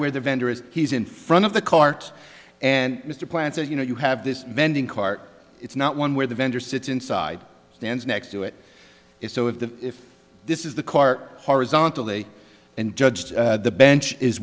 where the vendor is he's in front of the cart and mr plant said you know you have this vending cart it's not one where the vendor sits inside stands next to it is so if the if this is the cart horizontally and judged the bench is